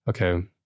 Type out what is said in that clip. okay